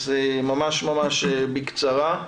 אז ממש ממש בקצרה.